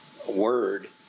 word